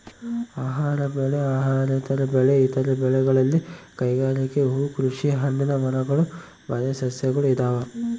ಆಹಾರ ಬೆಳೆ ಅಹಾರೇತರ ಬೆಳೆ ಇತರ ಬೆಳೆಗಳಲ್ಲಿ ಕೈಗಾರಿಕೆ ಹೂಕೃಷಿ ಹಣ್ಣಿನ ಮರಗಳು ಮನೆ ಸಸ್ಯಗಳು ಇದಾವ